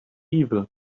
evil